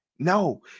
No